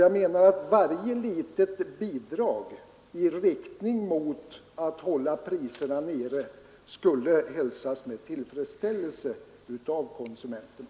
Jag menar att varje litet steg i riktning mot att hålla priserna nere skulle hälsas med tillfredsställelse av konsumenterna.